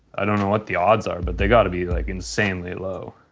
i don't know what the odds are but they gotta be like insanely low.